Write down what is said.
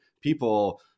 people